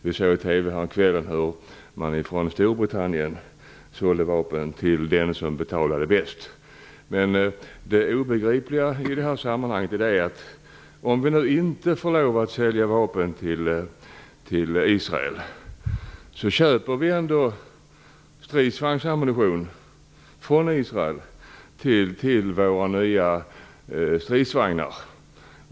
Jag hörde på TV häromkvällen hur man från Storbritannien säljer vapen till den som betalar mest. Men det obegripliga i det här sammanhanget är att om vi nu inte får lov att sälja vapen till Israel kan vi ändå köpa stridsvagnsammunition från Israel för att användas till våra nya stridsvagnar.